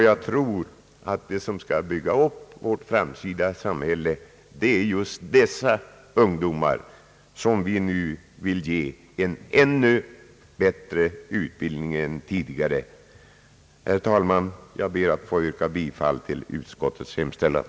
Jag tror att de som skall bygga upp vårt framtida samhälle är just dessa ungdomar, som vi vill ge en ännu bättre utbildning än tidigare. Herr talman! Jag ber att få yrka bifall till utskottets hemställan.